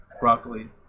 broccoli